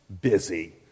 Busy